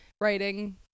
writing